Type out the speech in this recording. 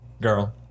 girl